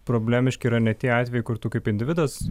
problemiški yra ne tie atvejai kur tu kaip individas